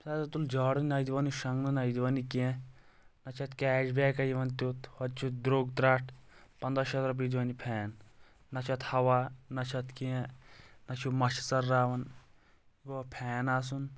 أمۍ حظ تُل جیرٕ نہ دِوان یہِ شونٛگنہٕ نہ چھُ دِوان یہِ کینٛہہ نہ چھُ اتھ کیش بیک یِوان ہۄتہِ چھُ درٛوگ ترٛٹھ پنٛدہ شیٚتھ رۄپیہِ چھُ دِوان یہِ فین نہ چھُ اتھ ہوا نہ چھُ اتھ کینٛہہ نہ چھُ مچھِ ژٔلراوان یہِ گوٚوا فین آسُن